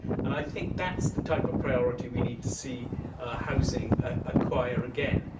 and i think that's the type of priority we need to see housing acquire again,